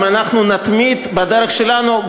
אם אנחנו נתמיד בדרך שלנו,